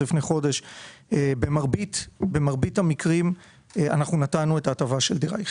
לפני חודש וראינו שבמרבית המקרים נתנו את ההטבה של דירה יחידה,